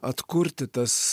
atkurti tas